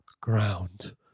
ground